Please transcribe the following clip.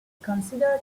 considered